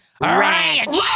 RANCH